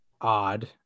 odd